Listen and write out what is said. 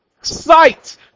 sight